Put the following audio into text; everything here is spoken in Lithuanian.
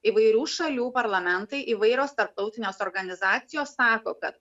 įvairių šalių parlamentai įvairios tarptautinės organizacijos sako kad